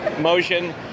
motion